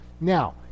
now